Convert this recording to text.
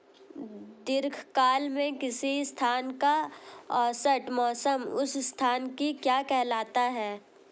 दीर्घकाल में किसी स्थान का औसत मौसम उस स्थान की क्या कहलाता है?